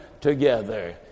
together